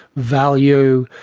value,